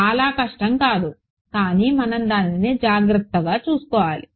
చాలా కష్టం కాదు కానీ మనం దానిని జాగ్రత్తగా చూసుకోవాలి